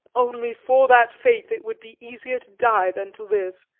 only for that faith it would be easier to die than to live,